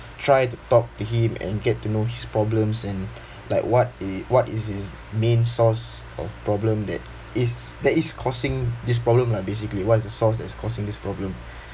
try to talk to him and get to know his problems and like what i~ what is his main source of problem that is that is causing this problem lah basically what is the source that's causing this problem